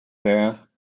there